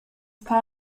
paar